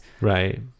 Right